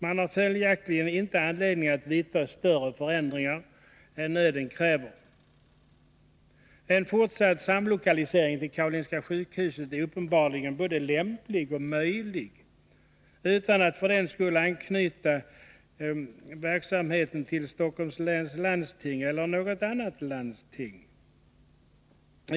Man har följaktligen inte anledning att vidta större förändringar än nöden kräver. En fortsatt samlokalisering till Karolinska sjukhuset är uppenbarligen både lämplig och möjlig, utan att för den skull anknyta verksamheten till Stockholms läns landsting eller något annat landsting.